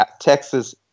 Texas